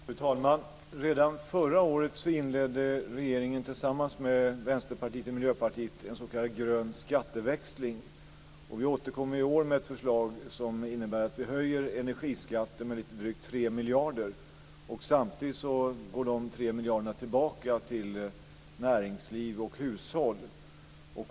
Fru talman! Redan förra året inledde regeringen tillsammans med Vänsterpartiet och Miljöpartiet en s.k. grön skatteväxling. Vi återkommer i år med ett förslag som innebär att vi höjer energiskatten med lite drygt 3 miljarder. Samtidigt går de 3 miljarderna tillbaka till näringsliv och hushåll.